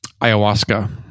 ayahuasca